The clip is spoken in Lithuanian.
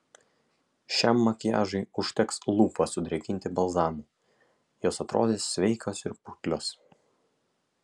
šiam makiažui užteks lūpas sudrėkinti balzamu jos atrodys sveikos ir putlios